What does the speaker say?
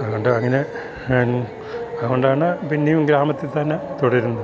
അത് കൊണ്ട് അങ്ങനെ അതുകൊണ്ടാണ് പിന്നെയും ഗ്രാമത്തിൽ തന്നെ തുടരുന്നത്